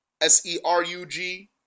S-E-R-U-G